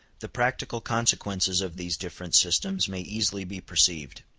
the practical consequences of these different systems may easily be perceived.